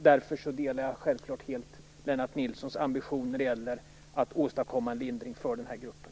Därför delar jag helt Lennart Nilssons ambition att åstadkomma en lindring för den här gruppen.